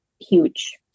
huge